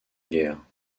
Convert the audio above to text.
guerre